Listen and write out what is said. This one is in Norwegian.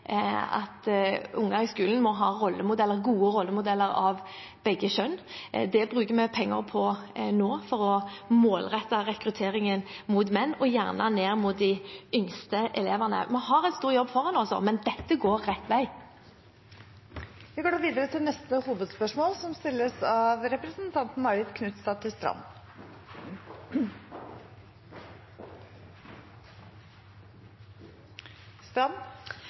unger i skolen må ha rollemodeller, gode rollemodeller av begge kjønn. Vi bruker nå penger for å målrette rekrutteringen mot menn, gjerne ned mot de yngste elevene. Vi har en stor jobb foran oss, men dette går rett vei. Vi går videre til neste hovedspørsmål. Mitt spørsmål går til statsråd Nybø. Vi vet at flesteparten av